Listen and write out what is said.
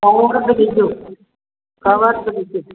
cover बि ॾिजो cover बि ॾिजो